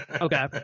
Okay